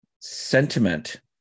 sentiment